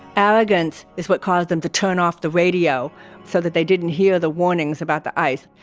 arrogance is what caused them to turn off the radio so that they didn't hear the warnings about the ice.